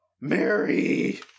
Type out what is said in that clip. Mary